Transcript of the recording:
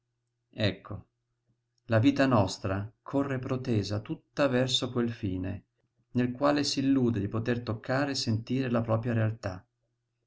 ecco la vita nostra corre protesa tutta verso quel fine nel quale s'illude di poter toccare e sentire la propria realtà